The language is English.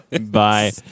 Bye